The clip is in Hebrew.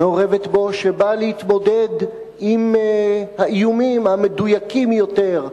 שבא להתמודד עם האיומים המדויקים יותר,